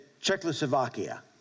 Czechoslovakia